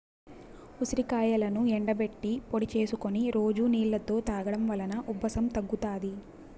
ఉసిరికాయలను ఎండబెట్టి పొడి చేసుకొని రోజు నీళ్ళలో తాగడం వలన ఉబ్బసం తగ్గుతాది